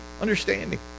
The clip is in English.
understanding